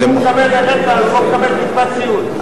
אם הוא מקבל רנטה אז הוא לא מקבל קצבת סיעוד,